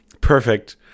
Perfect